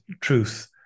truth